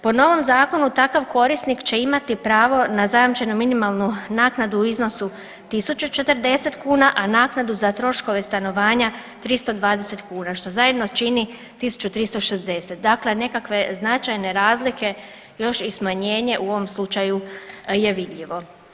Po novom zakonu takav korisnik će imati pravo na zajamčenu minimalnu naknadu u iznosu 1.040 kuna, a naknadu za troškove stanovanja 320 kuna, što zajedno čini 1.360, dakle nekakve značajne razlike još i smanjenje u ovom slučaju je vidljivo.